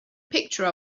picture